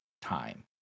time